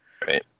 Right